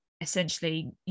essentially